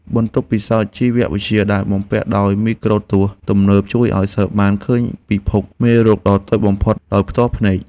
បន្ទប់ពិសោធន៍ជីវវិទ្យាដែលបំពាក់ដោយមីក្រូទស្សន៍ទំនើបជួយឱ្យសិស្សបានឃើញពិភពមេរោគដ៏តូចបំផុតដោយផ្ទាល់ភ្នែក។